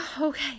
Okay